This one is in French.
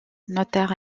notaire